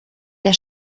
der